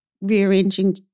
rearranging